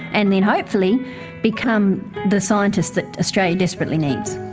and then hopefully become the scientists that australia desperately needs.